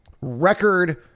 record